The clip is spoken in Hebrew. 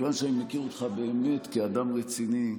מכיוון שאני מכיר אותך באמת כאדם רציני,